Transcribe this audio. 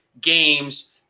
games –